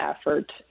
effort